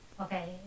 okay